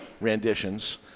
renditions